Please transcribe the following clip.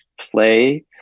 play